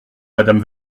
madame